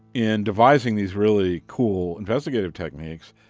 in devising these really cool investigative techniques,